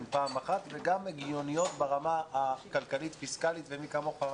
וגם הגיוניות ברמה הכלכלית-פיסקלית ומי כמוך,